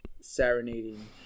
serenading